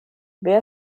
wer